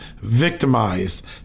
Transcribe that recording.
victimized